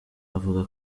avuga